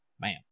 man